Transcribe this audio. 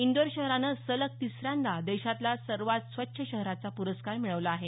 इंदोर शहरानं सलग तिसऱ्यांदा देशातला सर्वात स्वच्छ शहराचा पुरस्कार मिळवला आहे